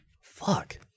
Fuck